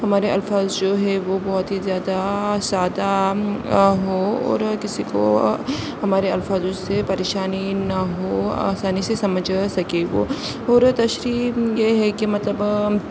ہمارے الفاظ جو ہے وہ بہت ہی زیادہ سادہ ہو اور کسی کو ہمارے الفاظ اس سے پریشانی نہ ہو آسانی سے سمجھ سکے وہ اور تشریح یہ ہے کہ مطلب